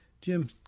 Jim